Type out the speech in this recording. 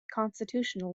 constitutional